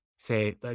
say